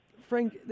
Frank